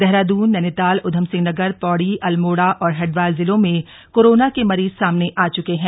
देहरादून नैनीताल ऊधमसिंहनगर पौड़ी अल्मोड़ा और हरिद्वार जिलों में कोरोना के मरीज सामने आ च्के हैं